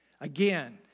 again